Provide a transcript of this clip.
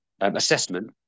assessment